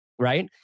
Right